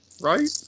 right